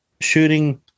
shooting